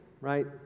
right